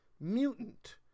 mutant